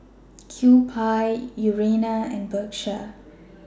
Kewpie Urana and Bershka